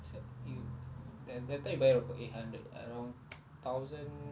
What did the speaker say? so you then that time you buy over eight hundred around thousand